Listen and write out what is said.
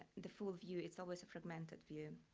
the full view. it's always a fragmented view.